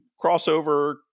crossover